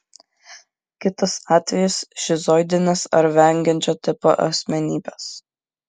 kitas atvejis šizoidinės ar vengiančio tipo asmenybės